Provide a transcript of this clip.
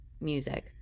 music